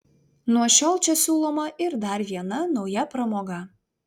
nuo šiol čia siūloma ir dar viena nauja pramoga